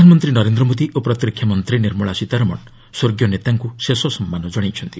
ପ୍ରଧାନମନ୍ତ୍ରୀ ନରେନ୍ଦ୍ର ମୋଦି ଓ ପ୍ରତିରକ୍ଷା ମନ୍ତ୍ରୀ ନିର୍ମଳା ସୀତାରମଣ ସ୍ୱର୍ଗୀୟ ନେତାଙ୍କୁ ଶେଷ ସମ୍ମାନ ଜଣାଇଛନ୍ତି